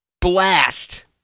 blast